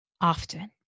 often